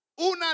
Una